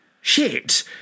Shit